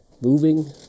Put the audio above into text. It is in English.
Moving